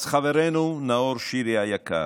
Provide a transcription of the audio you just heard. אז חברנו נאור שירי היקר,